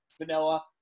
vanilla